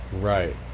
right